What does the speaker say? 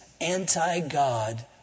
anti-God